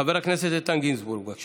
חבר הכנסת איתן גינזבורג, בבקשה.